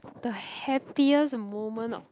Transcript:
the happiest moment of